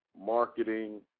marketing